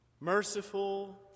merciful